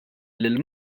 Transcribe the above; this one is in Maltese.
lil